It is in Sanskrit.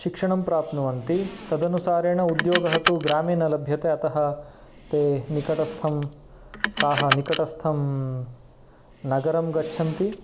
शिक्षणं प्राप्नुवन्ति तदनुसारेण उद्योगः तु ग्रामे न लभ्यते अतः ते निकटस्थं ताः निकटस्थं नगरं गच्छन्ति